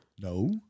No